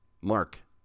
Mark